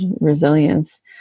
resilience